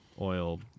oil